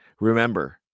Remember